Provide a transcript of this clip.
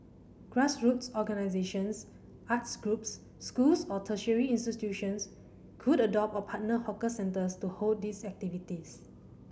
grassroots organisations arts groups schools or tertiary institutions could adopt or partner hawker centres to hold these activities